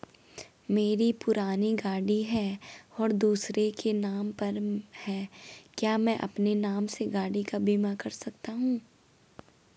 मेरी पुरानी गाड़ी है और दूसरे के नाम पर है क्या मैं अपने नाम से गाड़ी का बीमा कर सकता हूँ?